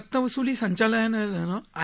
सक्तवस्ली संचालनालयानं आय